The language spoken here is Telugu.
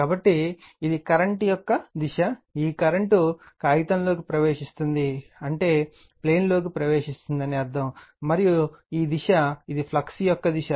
కాబట్టి ఇది కరెంట్ యొక్క దిశ ఈ కరెంట్ కాగితం లోకి ప్రవేశిస్తుంది అంటే ప్లేన్ లోకి ప్రవేశిస్తుంది అని అర్ధం మరియు ఈ దిశ ఇది ఫ్లక్స్ యొక్క దిశ